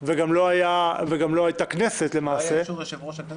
וגם לא הייתה כנסת למעשה --- לא היה אישור יושב-ראש הכנסת?